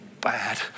bad